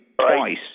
twice